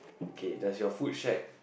K does your food shack